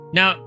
Now